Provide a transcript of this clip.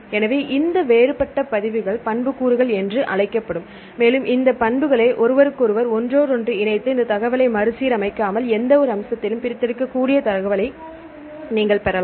எனவே இந்த வேறுபட்ட பதிவுகள் பண்புக்கூறுகள் என்று அழைக்கப்படும் மேலும் இந்த பண்புகளை ஒருவருக்கொருவர் ஒன்றோடொன்று இணைத்து இந்த தகவலை மறுசீரமைக்காமல் எந்தவொரு அம்சத்திலும் பிரித்தெடுக்கக்கூடிய தரவை நீங்கள் பெறலாம்